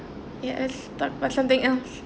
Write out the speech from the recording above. yes but something else